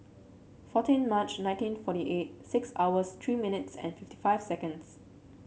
fourteen March nineteen forty eight six hours three minutes and fifty five seconds